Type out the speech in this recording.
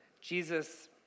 Jesus